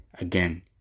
Again